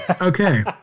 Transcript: okay